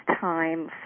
time